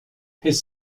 his